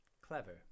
Clever